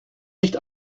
nicht